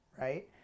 right